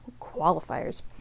Qualifiers